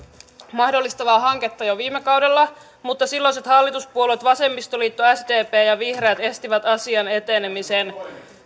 mahdollistavaa hanketta jo viime kaudella mutta silloiset hallituspuolueet vasemmistoliitto sdp ja vihreät estivät asian etenemisen